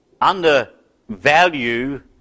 undervalue